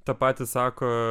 tą patį sako